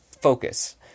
focus